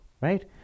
Right